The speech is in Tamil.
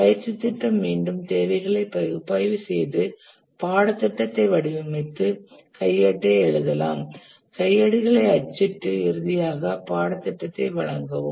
பயிற்சித் திட்டம் மீண்டும் தேவைகளை பகுப்பாய்வு செய்து பாடத்திட்டத்தை வடிவமைத்து கையேட்டை எழுதலாம் கையேடுகளை அச்சிட்டு இறுதியாக பாடத்திட்டத்தை வழங்கவும்